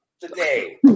today